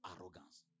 arrogance